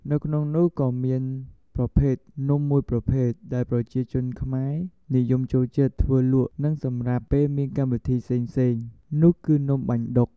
នៅក្នុងនោះក៏មានប្រភេទនំមួយប្រភេទដែលប្រជាជនខ្មែរនិយមចូលចិត្តធ្វើលក់និងសម្រាប់ពេលមានកម្មវិធីផ្សេងៗនោះ គឺនំបាញ់ឌុក។